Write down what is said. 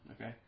Okay